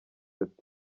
ati